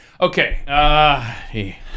Okay